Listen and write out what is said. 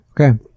Okay